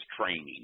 training